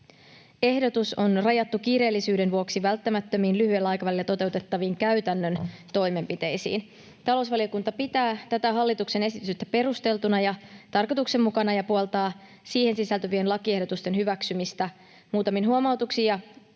Ehdotus on rajattu kiireellisyyden vuoksi välttämättömiin, lyhyellä aikavälillä toteutettaviin käytännön toimenpiteisiin. Talousvaliokunta pitää tätä hallituksen esitystä perusteltuna ja tarkoituksenmukaisena ja puoltaa siihen sisältyvien lakiehdotusten hyväksymistä muutamin huomautuksin